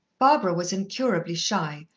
barbara was incurably shy,